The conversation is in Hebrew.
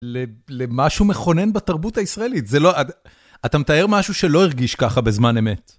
למשהו מכונן בתרבות הישראלית, זה לא... אתה מתאר משהו שלא הרגיש ככה בזמן אמת.